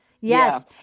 Yes